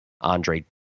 andre